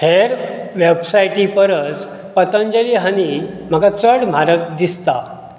हेर वेब्साइटी परस पतंजली हनी म्हाका चड म्हारग दिसता